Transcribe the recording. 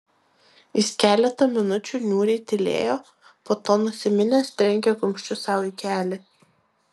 jis keletą minučių niūriai tylėjo po to nusiminęs trenkė kumščiu sau į kelį